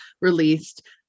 released